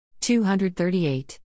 238